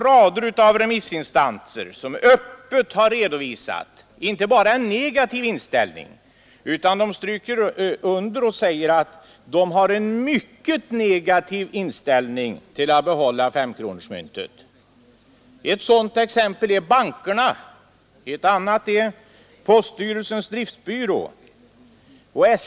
Rader av remissinstanser har inte bara öppet redovisat en negativ inställning utan stryker också under med att säga att de har en mycket negativ inställning till att behålla femkronemyntet. Ett sådant exempel är bankerna. Ett annat är poststyrelsens driftbyrå.